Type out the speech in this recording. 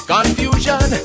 Confusion